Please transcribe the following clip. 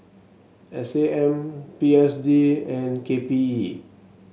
S A M B S D and K P E